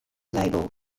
label